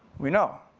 we know,